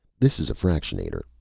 this is a fractionator,